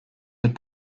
had